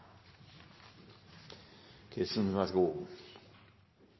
Nordtun, vær så god